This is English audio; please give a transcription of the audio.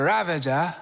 Ravager